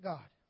God